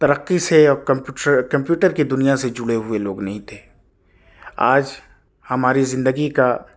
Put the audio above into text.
ترقی سے اور کمپیوٹر کمپیوٹر کے دنیا سے جڑے ہوئے لوگ نہیں تھے آج ہماری زندگی کا